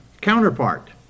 counterpart